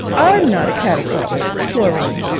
i'm not a catafalque, chlorine,